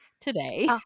today